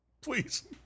Please